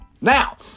Now